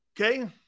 Okay